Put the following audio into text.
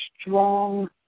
strong